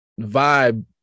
vibe